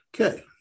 Okay